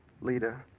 Lita